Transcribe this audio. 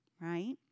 right